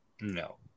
No